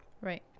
Right